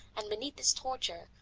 and beneath this torture,